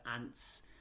ants